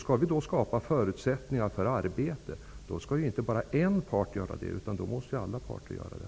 Skall vi då skapa förutsättningar för arbete, skall inte bara en part göra detta, utan då måste alla parter göra det.